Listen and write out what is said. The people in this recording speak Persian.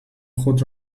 خود